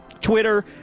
Twitter